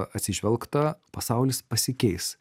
atsižvelgta pasaulis pasikeis